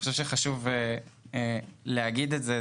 חשוב להגיד את זה,